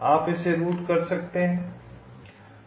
आप इसे रूट कर सकते हैं